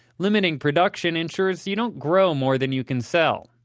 limiting production ensures you don't grow more than you can sell,